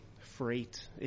freight